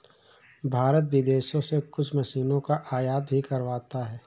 भारत विदेशों से कुछ मशीनों का आयात भी करवाता हैं